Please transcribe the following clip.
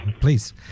please